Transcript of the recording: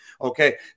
okay